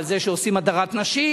ועל זה שעושים הדרת נשים,